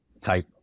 type